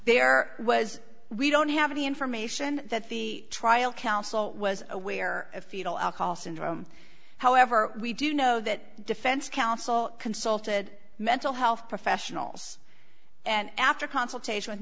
there was we don't have any information that the trial council was aware of fetal alcohol syndrome however we do know that defense counsel consulted mental health professionals and after consultation with